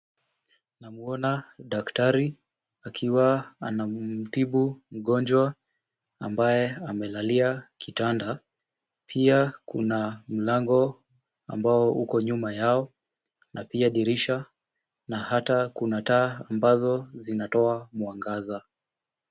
Namuona daktari akiwa anamtibu mgonjwa, ambaye amelalia kitanda. Pia kuna mlango ambao uko nyuma yao. Na pia dirisha na hata kuna taa ambazo zinatoa mwangaza.